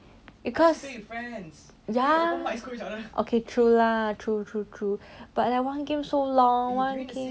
because ya okay true lah true true true but that one game so long one game